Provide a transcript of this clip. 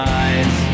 eyes